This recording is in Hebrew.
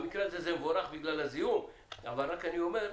במקרה הזה זה מבורך בגלל הזיהום, אבל אני אומר: